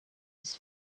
his